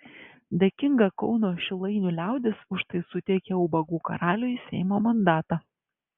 dėkinga kauno šilainių liaudis už tai suteikė ubagų karaliui seimo mandatą